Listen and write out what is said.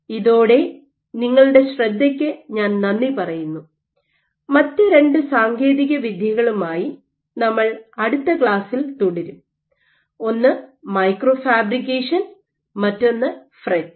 ഇതോടെ നിങ്ങളുടെ ശ്രദ്ധയ്ക്ക് ഞാൻ നന്ദി പറയുന്നു മറ്റ് രണ്ട് സാങ്കേതിക വിദ്യകളുമായി നമ്മൾ അടുത്ത ക്ലാസ്സിൽ തുടരും ഒന്ന് മൈക്രോ ഫാബ്രിക്കേഷൻ മറ്റൊന്ന് ഫ്രറ്റ്